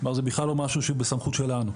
זה בכלל לא משהו בסמכות שלנו.